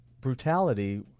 brutality—